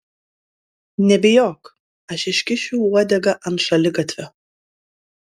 nebijok aš iškišiu uodegą ant šaligatvio